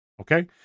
Okay